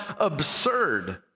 absurd